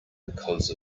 because